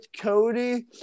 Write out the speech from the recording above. Cody